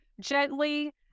gently